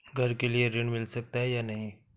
घर के लिए ऋण मिल सकता है या नहीं?